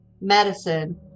medicine